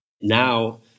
Now